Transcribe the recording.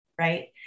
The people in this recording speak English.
right